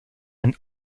han